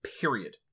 period